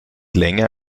länger